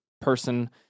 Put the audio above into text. person